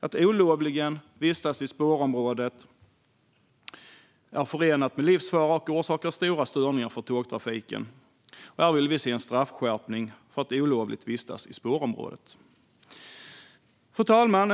Att olovligen vistas i spårområdet är förenat med livsfara, och det orsakar stora störningar för tågtrafiken. Vi vill se en straffskärpning för att olovligt vistas i spårområdet. Fru talman!